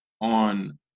on